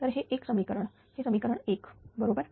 तर हे एक समीकरण हे समीकरण 1 बरोबर